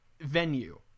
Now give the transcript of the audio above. venue